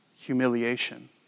humiliation